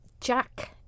Jack